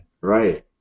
right